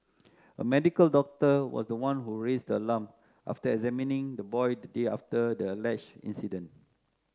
a medical doctor was the one who raised the alarm after examining the boy the day after the alleged incident